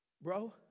Bro